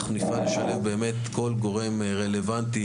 אנחנו נפעל לשלב כל גורם רלוונטי,